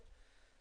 כן.